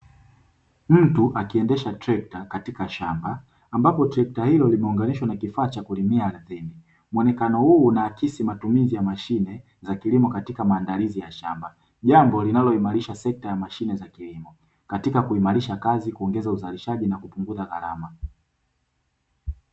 Mtu akiendesha trekta katika shamba ambapo trekta hilo limeunganishwa na kifaa cha kulimia ardhini, muonekano huu unaakisi matumizi ya mashine za kilimo katika maandalizi ya shamba jambo linaloimarisha sekta ya mashine za kilimo katika kuimarisha kazi, kuongeza uzalishaji na kupunguza gharama.